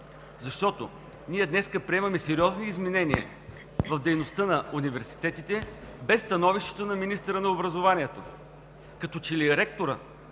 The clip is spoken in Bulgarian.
защото ние днес приемаме сериозни изменения в дейността на университетите, без становището на министъра на образованието. Като че ли ректорът